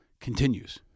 continues